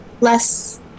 less